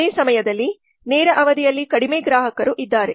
ಅದೇ ಸಮಯದಲ್ಲಿ ನೇರ ಅವಧಿಯಲ್ಲಿ ಕಡಿಮೆ ಗ್ರಾಹಕರು ಇದ್ದಾರೆ